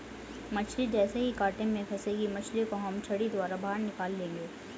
मछली जैसे ही कांटे में फंसेगी मछली को हम छड़ी द्वारा बाहर निकाल लेंगे